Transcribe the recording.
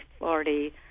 already